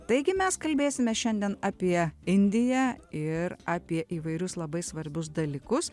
taigi mes kalbėsime šiandien apie indiją ir apie įvairius labai svarbius dalykus